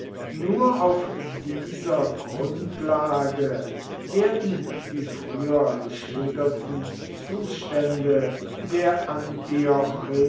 nur auf dieser grundlage werden die früher geschilderten zustände der